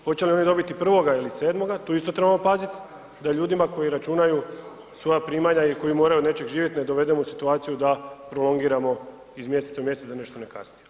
Hoće li oni dobiti 1. ili 7., tu isto trebamo paziti, da ljudima koji računaju svoja primanja i koji moraju od nečega živjeti ne dovedemo u situaciju da prolongiramo iz mjeseca u mjesec, da nešto ne kasni.